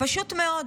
פשוט מאוד,